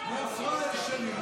מי הפראיירים שלי?